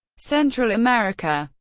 central america,